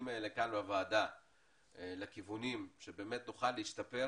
האלה כאן בוועדה לכיוונים שבאמת נוכל להשתפר